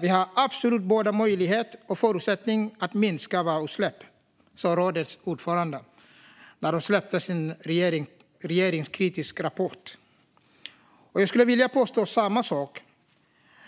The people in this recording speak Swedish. "Vi har absolut både möjlighet och förutsättningar att minska våra utsläpp" sa rådets ordförande när man släppte sin regeringskritiska rapport. Jag skulle vilja påstå samma sak